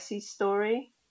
story